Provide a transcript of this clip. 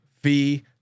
fee